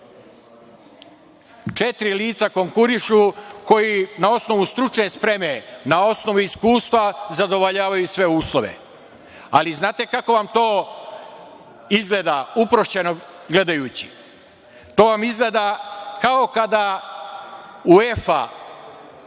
četiri lica konkurišu koji na osnovu stručne spreme, na osnovu iskustva zadovoljavaju sve uslove. Znate kako vam to izgleda uprošćeno gledajući? To vam izgleda kao kada UEFA